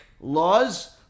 laws